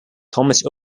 thomas